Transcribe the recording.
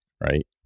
right